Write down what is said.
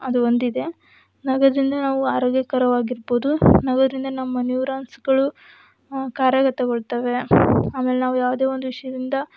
ಅದು ಹೊಂದಿದೆ ನಗೋದರಿಂದ ನಾವು ಆರೋಗ್ಯಕರವಾಗಿರ್ಬೋದು ನಗೋದರಿಂದ ನಮ್ಮ ನ್ಯೂರಾನ್ಸ್ಗಳು ಕಾರ್ಯಗತಗೊಳ್ತವೆ ಆಮೇಲೆ ನಾವು ಯಾವುದೇ ಒಂದು ವಿಷಯದಿಂದ